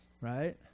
right